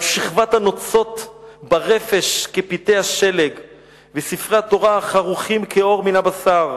/ על שכבת הנוצות ברפש כפתי השלג / וספרי התורה החרוכים כעור מן הבשר.